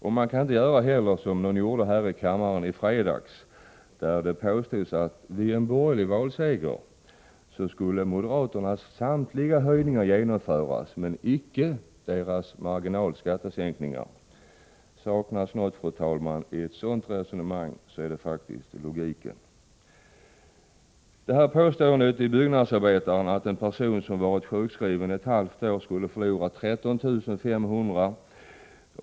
Det är fel att påstå, som någon gjorde här i kammaren i fredags, att vid en borgerlig valseger skulle moderaternas samtliga höjningar genomföras men icke deras marginalskattesänkningar. Saknas något, fru talman, i ett sådant resonemang, så är det faktiskt logiken. Påståendet i Byggnadsarbetaren, att en person som varit sjukskriven ett halvt år skulle förlora 13 500 kr.